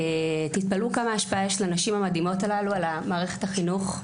תתפלאו כמה השפעה יש לנשים המדהימות הללו על מערכת החינוך,